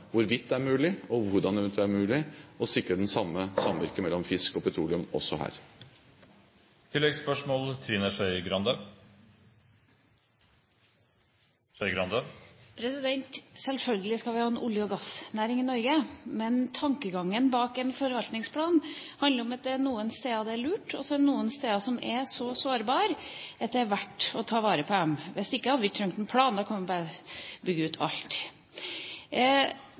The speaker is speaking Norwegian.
hvorvidt det er mulig og hvordan det eventuelt vil være mulig å sikre det samme samvirket mellom fisk og petroleum også her. Trine Skei Grande – til oppfølgingsspørsmål. Selvfølgelig skal vi ha en olje- og gassnæring i Norge, men tankegangen bak en forvaltningsplan handler om at det noen steder er lurt, og så er det noen steder som er så sårbare at det er verdt å ta vare på dem. Hvis ikke hadde vi ikke trengt en plan, og da kunne vi bare bygge ut alt.